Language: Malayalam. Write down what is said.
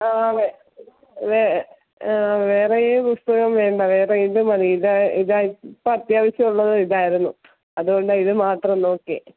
ആ അതെ വേ ആ വേറെ ഈ പുസ്തകം വേണ്ട വേറെ ഇത് മതി ഇതാണ് ഇതാണ് ഇപ്പം അത്യാവശ്യം ഉള്ളത് ഇതായിരുന്നു അതുകൊണ്ടാണ് ഇത് മാത്രം നോക്കിയത്